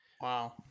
Wow